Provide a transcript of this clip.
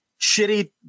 shitty